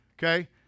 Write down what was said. Okay